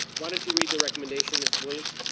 why don't you read the recommendation, miss williams.